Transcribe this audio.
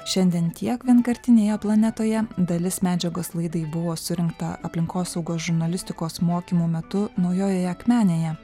šiandien tiek vienkartinėje planetoje dalis medžiagos laidai buvo surinkta aplinkosaugos žurnalistikos mokymų metu naujojoje akmenėje